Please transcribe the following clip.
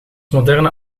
moderne